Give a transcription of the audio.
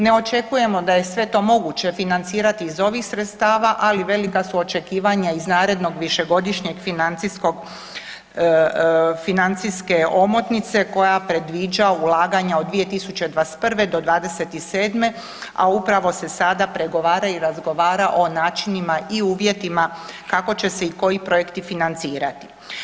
Ne očekujemo da je sve to moguće financirati iz ovih sredstava, ali velika su očekivanja iz narednog višegodišnjeg financijske omotnice koja predviđa ulaganja od 2021. do 2027., a upravo se sada pregovara i razgovara o načinima i uvjetima kako će se i koji projekti financirati.